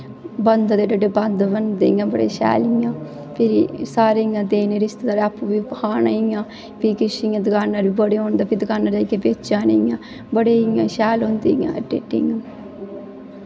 बंद दे एड्डे एड्डे बंद बनदे इ'यां बड़े शैल इ'यां फिरी सारें गी देने रिश्तेदारैं दे आपूं खाने इ'यां फ्ही किश इ'यां दकानें बड़े होन तां दकानां जाइयै बेचने इ'यां बड़े इ'यां सैल होंदे इ'यां एड्डे एड्डे इ'यां